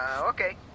okay